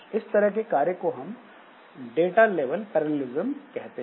इस तरह के कार्य को हम डाटा लेवल पैरेललिस्म कहते हैं